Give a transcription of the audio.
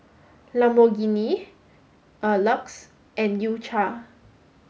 Lamborghini a LUX and U cha